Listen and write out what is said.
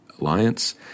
alliance